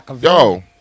Yo